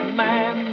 man